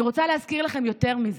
אני רוצה להזכיר לכם יותר מזה: